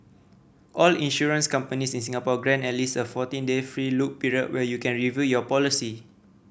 all insurance companies in Singapore grant at least a fourteen day free look period where you can review your policy